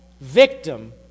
Victim